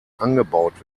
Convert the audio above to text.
angebaut